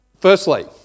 firstly